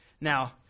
Now